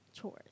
chores